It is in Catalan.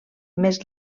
més